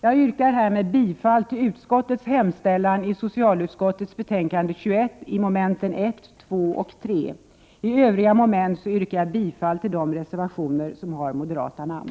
Jag yrkar bifall till utskottets hemställan i socialutskottets betänkande 21 momenten 1, 2 och 3. I övriga moment yrkar jag bifall till de reservationer som har moderata namn.